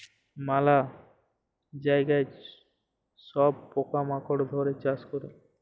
ম্যালা জায়গায় সব পকা মাকড় ধ্যরে চাষ ক্যরে